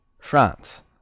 France